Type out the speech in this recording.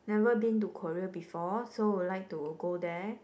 never been to Korea before so would like to go there